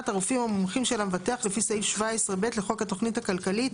הרופאים המומחים של המבטח לפי סעיף 17(ב) לחוק התוכנית הכלכלית